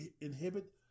inhibit